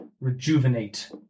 rejuvenate